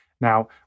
Now